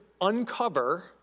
uncover